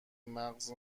مغز